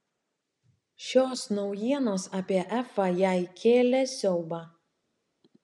šios naujienos apie efą jai kėlė siaubą